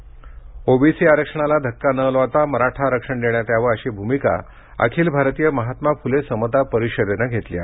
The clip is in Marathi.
फुले समता ओबीसी आरक्षणाला धक्का न लावता मराठा आरक्षण देण्यात यावे अशी भूमिका अखिल भारतीय महात्मा फुले समता परिषदेनं घेतली आहे